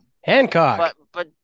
Hancock